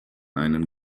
einen